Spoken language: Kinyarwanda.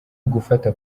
ugufata